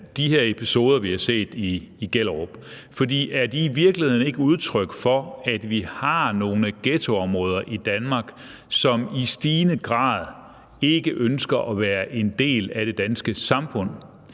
de her episoder, vi har set i Gellerup. For er de i virkeligheden ikke udtryk for, at vi har nogle ghettoområder i Danmark, som i stigende grad ikke ønsker at være en del af det danske samfund?